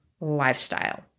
lifestyle